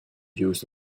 used